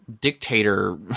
dictator